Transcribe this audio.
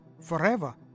forever